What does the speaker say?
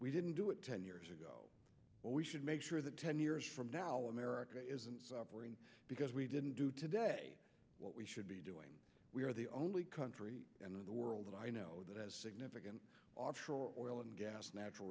we didn't do it ten years ago but we should make sure that ten years from now america isn't because we didn't do today what we should be doing we are the only country in the world that i know that has significant offshore oil and gas natural